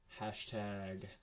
Hashtag